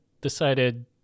decided